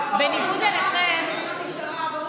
אתם יושבים באופוזיציה כי העם מאס בכם.